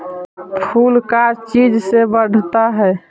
फूल का चीज से बढ़ता है?